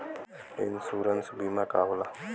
Insurance बीमा का होला?